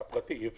בפרטי אי אפשר.